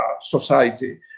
society